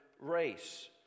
race